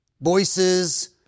voices